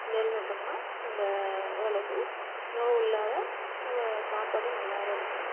நெல் நட்டோம்னால் நம்ப ஓரளவுக்கு நோய் இல்லாத நம்ம சாப்பாட்டுக்கு நல்லாவும் இருக்கும்